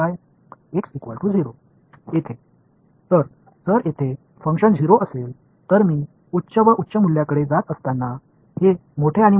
இங்கே x இன் செயல்பாடு 0 ஆக இருந்தால் நான் உயர்ந்த மற்றும் உயர்ந்த மதிப்புகளுக்குச் செல்லும்போது இது பெரியதாகவும் மற்றும் அதற்குமேல் பெரியதாகவும் உயர்ந்துகொண்டே இருக்கும்